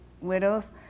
widows